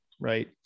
right